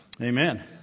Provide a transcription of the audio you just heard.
Amen